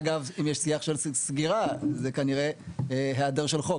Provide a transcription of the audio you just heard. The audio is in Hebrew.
אגב, אם יש שיח של סגירה, זה כנראה היעדר של חוק.